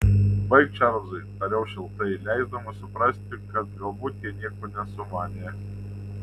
baik čarlzai tariau šiltai leisdamas suprasti kad galbūt jie nieko nesumanė